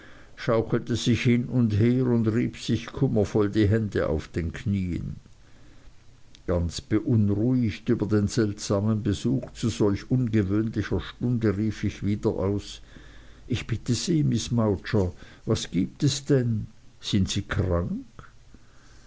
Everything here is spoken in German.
schaukelte sich hin und her und rieb sich kummervoll die hände auf den knieen ganz beunruhigt über den seltsamen besuch zu solch ungewöhnlicher stunde rief ich wieder aus ich bitte sie miß mowcher was gibt es denn sind sie krank